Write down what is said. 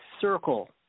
circle